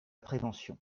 prévention